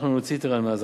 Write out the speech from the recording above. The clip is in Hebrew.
אנחנו נוציא את אירן מעזה,